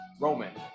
Roman